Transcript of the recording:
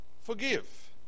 forgive